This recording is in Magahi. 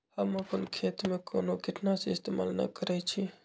हम अपन खेत में कोनो किटनाशी इस्तमाल न करई छी